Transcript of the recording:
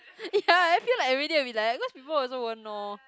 ya I feel like everyday will be like that cause people also won't know